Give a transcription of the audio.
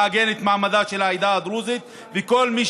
לעגן את מעמדה של העדה הדרוזית וכל מי